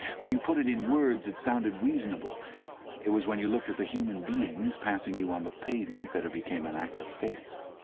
when you put it in words it sounded reasonable it was when you looked at the human beings passing you on the pavement that it became an act of faith.